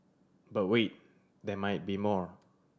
but wait there might be more